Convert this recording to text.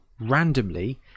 randomly